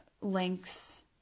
links